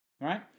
right